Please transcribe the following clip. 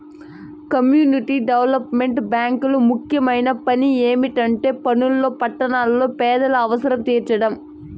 community development బ్యేంకులు ముఖ్యమైన పని ఏమిటంటే పల్లెల్లో పట్టణాల్లో పేదల అవసరం తీర్చడం